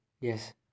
yes